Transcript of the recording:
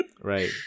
Right